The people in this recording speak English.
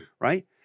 right